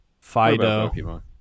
Fido